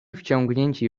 wciągnięci